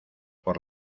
por